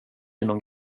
någon